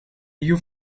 you